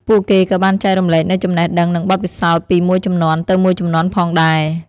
ពួកគេក៏បានចែករំលែកនូវចំណេះដឹង និងបទពិសោធន៍ពីមួយជំនាន់ទៅមួយជំនាន់ផងដែរ។